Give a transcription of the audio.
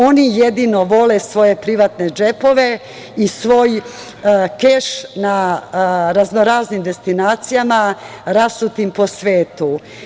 Oni jedino vole svoje privatne džepove i svoj keš na razno-raznim destinacijama rasutim po svetu.